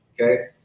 Okay